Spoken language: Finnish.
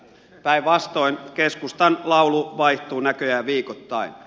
päinvastoin keskustan laulu vaihtuu näköjään viikottain